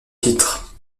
titre